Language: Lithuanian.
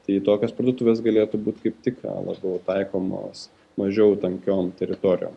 tai tokios parduotuvės galėtų būti kaip tik labiau taikomos mažiau tankiom teritorijom